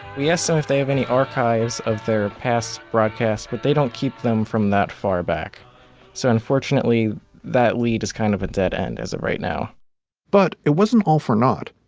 we ask so if they have any archives of their past broadcasts. but they don't keep them from that far back so unfortunately that lead is kind of a dead end. as of right now but it wasn't all for naught.